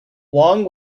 wong